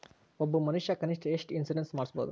ಒಬ್ಬ ಮನಷಾ ಕನಿಷ್ಠ ಎಷ್ಟ್ ಇನ್ಸುರೆನ್ಸ್ ಮಾಡ್ಸ್ಬೊದು?